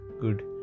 good